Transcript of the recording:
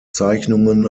zeichnungen